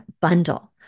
bundle